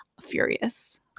furious